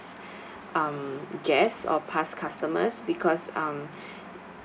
um guests or past customers because um